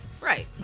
Right